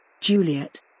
Juliet